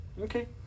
okay